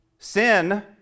Sin